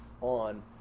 on